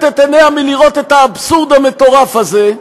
את עיניה מלראות את האבסורד המטורף הזה,